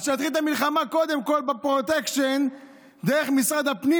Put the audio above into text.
אז שיתחיל את המלחמה קודם כול בפרוטקשן דרך משרד הפנים,